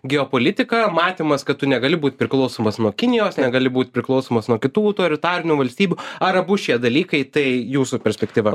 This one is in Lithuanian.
geopolitika matymas kad tu negali būt priklausomas nuo kinijos negali būt priklausomas nuo kitų autoritarinių valstybių ar abu šie dalykai tai jūsų perspektyva